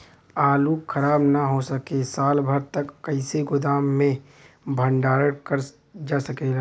आलू खराब न हो सके साल भर तक कइसे गोदाम मे भण्डारण कर जा सकेला?